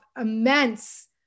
immense